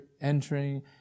entering